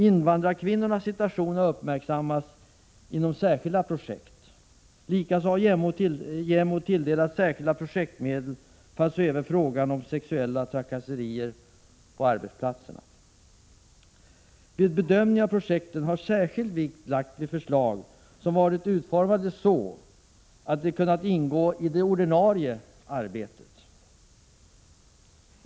Invandrarkvinnornas situation har uppmärksammats inom särskilda projekt. Likaså har JämO tilldelats särskilda projektmedel för att se över frågan om sexuella trakasserier på arbetsplatserna. Vid bedömningen av projekten har särskild vikt lagts vid förslag som varit utformade så att de kunnat ingå i det ordinarie arbetet.